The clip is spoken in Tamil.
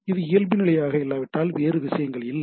இது இயல்புநிலையாக இல்லாவிட்டால் வேறு மாற்றங்கள் இல்லை